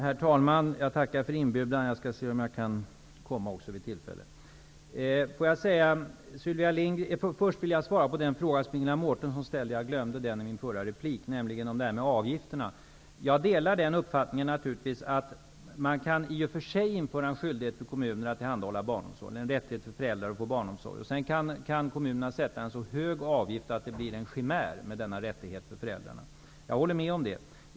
Herr talman! Jag tackar för inbjudan, och jag skall se om jag kan komma vid tillfälle. Först vill jag svara på den fråga som Ingela Mårtensson ställde, vilket jag glömde i mitt förra inlägg. Frågan gällde det här med avgifterna. Jag delar naturligtvis uppfattningen att man i och för sig kan införa en skyldighet för kommunerna att tillhandahålla barnomsorg, dvs. en rättighet för förädrar att få tillgång till barnomsorg. Sedan kan då kommunerna ta ut en så hög avgift att denna rättighet kan bli en chimär. Det håller jag med om.